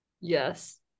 Yes